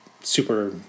super